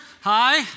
Hi